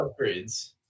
upgrades